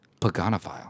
Paganophile